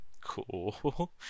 cool